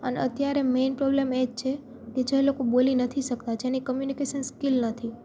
અને અત્યારે main problem એ જ છે કે જે લોકો બોલી નથી શકતા જેની કમ્યુનિકેશન સ્કિલ નથી